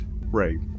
Ray